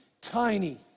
tiny